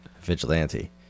vigilante